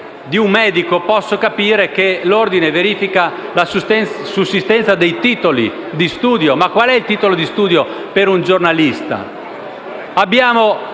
di un medico posso capire che l'Ordine verifichi la sussistenza dei titoli di studio, ma qual è il titolo di studio per un giornalista?